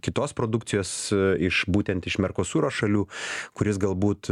kitos produkcijos iš būtent iš merkosuro šalių kuris galbūt